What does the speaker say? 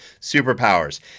superpowers